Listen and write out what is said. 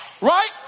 right